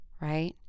right